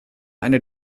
eine